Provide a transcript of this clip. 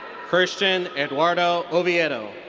christian eduardo oviedo.